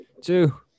Two